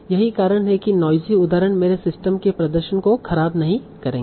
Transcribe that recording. यही कारण है कि ये नोइज़ी उदाहरण मेरे सिस्टम के प्रदर्शन को खराब नहीं करेंगे